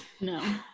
No